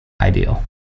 ideal